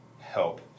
help